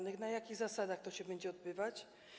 Na jakich zasadach to się będzie odbywać?